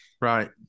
right